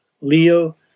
Leo